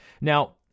Now